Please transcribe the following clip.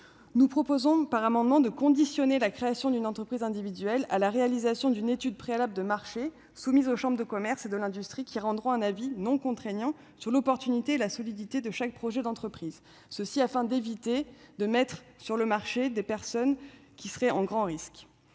nous proposerons un amendement visant à conditionner la création d'une entreprise individuelle à la réalisation d'une étude préalable de marché, soumise aux chambres de commerce et d'industrie, qui rendront un avis non contraignant sur l'opportunité et la solidité de chaque projet d'entreprise. Cela permettrait d'éviter de laisser entrer sur le marché des personnes en situation de grand risque.